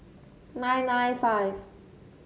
nine nine five